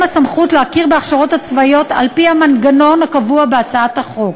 הסמכות להכיר בהכשרות הצבאיות על-פי המנגנון הקבוע בהצעת החוק.